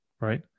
right